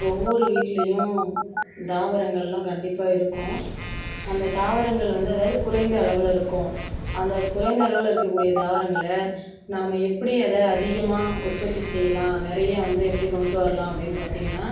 ஒவ்வொரு வீட்டிலையும் தாவரங்கள்லாம் கண்டிப்பாக இருக்கும் அந்த தாவரங்கள் வந்து அதாவது குறைந்த அளவில் இருக்கும் அந்த குறைந்த அளவில் இருக்கக்கூடிய தாவரங்களை நாம் எப்படி அதை அதிகமாக உற்பத்தி செய்யலாம் நிறைய வந்து எப்படி கொண்டுட்டு வரலாம் அப்படினு பார்த்தீங்கனா